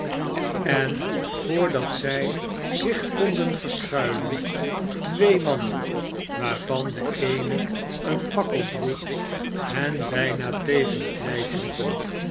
en voordat zij zich konden verschuilen twee mannen waarvan de eene een fakkel droeg hem bijna tegen het lijf liepen